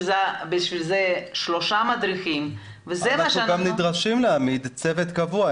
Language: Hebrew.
זה שלושה מדריכים --- אנחנו גם נדרשים להעמיד צוות קבוע.